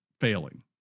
failing